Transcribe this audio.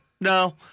no